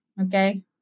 Okay